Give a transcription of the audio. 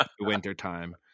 Wintertime